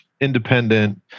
independent